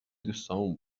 دوستامون